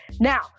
Now